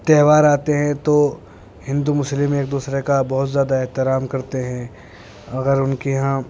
تہوار آتے ہیں تو ہندو مسلم ایک دوسرے کا بہت زیادہ احترام کرتے ہیں اگر ان کے یہاں